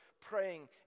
praying